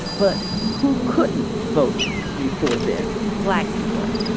but who couldn't vote before then? black people.